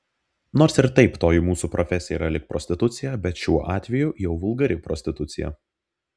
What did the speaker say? nors ir taip toji mūsų profesija yra lyg prostitucija bet šiuo atveju jau vulgari prostitucija